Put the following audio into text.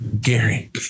Gary